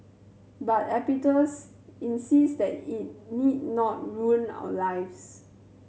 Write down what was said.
but Epictetus insist that it need not ruin our lives